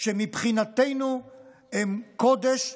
שמבחינתנו הן קודש,